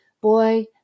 Boy